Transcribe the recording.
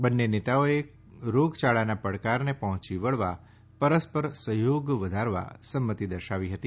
બંને નેતાઓએ રોગચાળાના પડકારને પહોંચી વળવા પરસ્પર સહયોગ કરવા સંમતિ દર્શાવી હતી